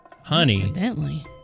honey